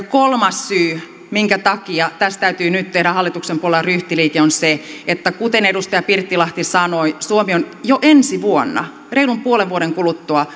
kolmas syy minkä takia tässä täytyy nyt tehdä hallituksen puolella ryhtiliike on se kuten edustaja pirttilahti sanoi että suomi on jo ensi vuonna reilun puolen vuoden kuluttua